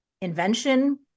invention